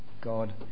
God